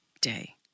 day